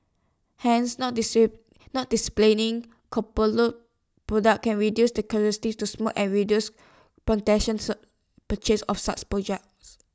hence not not displaying products can reduce the curiosity to smoke and reduce spontaneous purchases of such projects